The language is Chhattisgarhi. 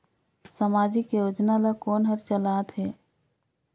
समाजिक योजना ला कोन हर चलाथ हे?